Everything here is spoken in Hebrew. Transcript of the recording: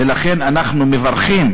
ולכן אנחנו מברכים,